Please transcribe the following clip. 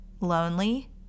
lonely